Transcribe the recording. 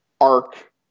arc